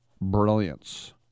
brilliance